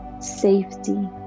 safety